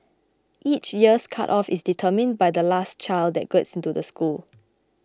each year's cut off is determined by the last child that gets into the school